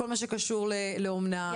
בכל מה שקשור לאומנה,